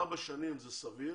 ארבע שנים זה סביר